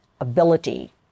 ability